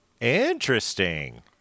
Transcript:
interesting